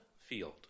Field